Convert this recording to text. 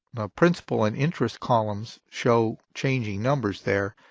principal and interest columns show changing numbers there.